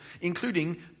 including